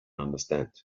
understand